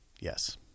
Yes